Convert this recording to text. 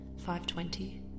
5.20